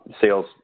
Sales